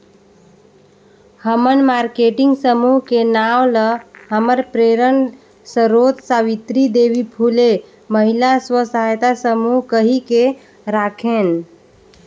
हमन मारकेटिंग समूह के नांव ल हमर प्रेरन सरोत सावित्री देवी फूले महिला स्व सहायता समूह कहिके राखेन